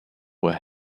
were